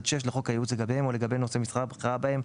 עד (6) לחוק הייעוץ לגביהם או לגבי נושא משרה בכירה בהם,